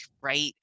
right